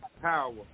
power